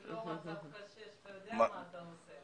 אתה יודע מה אתה עושה.